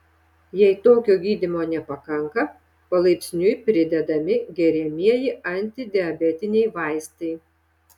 jei tokio gydymo nepakanka palaipsniui pridedami geriamieji antidiabetiniai vaistai